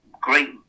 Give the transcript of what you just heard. great